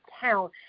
town